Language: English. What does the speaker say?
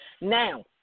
Now